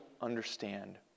understand